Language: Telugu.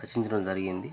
రచించడం జరిగింది